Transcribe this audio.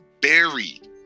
buried